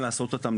שותפים.